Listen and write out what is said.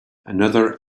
another